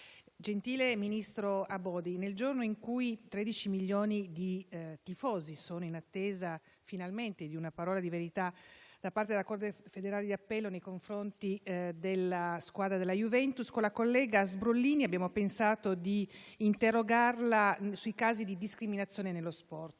gentile ministro Abodi, nel giorno in cui 13 milioni di tifosi sono in attesa finalmente di una parola di verità da parte della corte federale di appello nei confronti della squadra della Juventus, con la collega Sbrollini ho pensato di interrogarla sui casi di discriminazione nello sport.